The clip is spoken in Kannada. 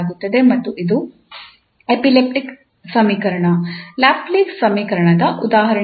ಮತ್ತು ಇದು ಎಲಿಪ್ಟಿಕ್ ಸಮೀಕರಣ ಲ್ಯಾಪ್ಲೇಸ್ ಸಮೀಕರಣದ ಉದಾಹರಣೆಯಾಗಿದೆ